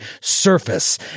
surface